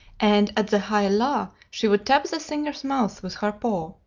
and at the high la she would tap the singer's mouth with her paw.